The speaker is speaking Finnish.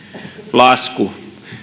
lasku